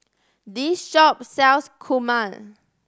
this shop sells kurma